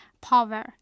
power